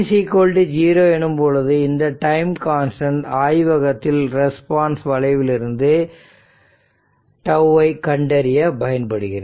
t0 எனும் பொழுது இந்த டைம் கான்ஸ்டன்ட் ஆய்வகத்தில் ரெஸ்பான்ஸ் வளைவிலிருந்து τ ஐ கண்டறிய பயன்படுகிறது